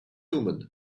omen